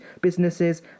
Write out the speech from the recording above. businesses